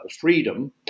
freedom